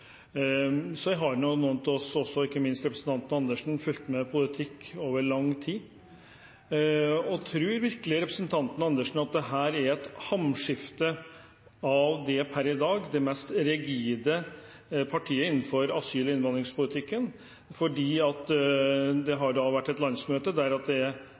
Så har jo noen av oss, ikke minst representanten Andersen, fulgt med i politikken over lang tid. Tror representanten Andersen virkelig at det er et hamskifte i det per i dag mest rigide partiet innenfor asyl- og innvandringspolitikken? Det har vært et landsmøte der det var tydelige signaler – jeg skal være klar på det